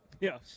Yes